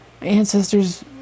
ancestors